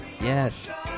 Yes